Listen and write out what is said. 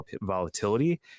volatility